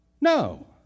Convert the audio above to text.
No